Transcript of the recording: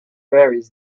varies